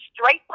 Straight